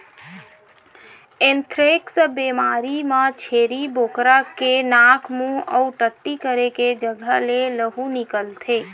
anthrax बेमारी म छेरी बोकरा के नाक, मूंह अउ टट्टी करे के जघा ले लहू निकलथे